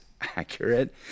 accurate